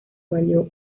valió